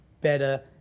better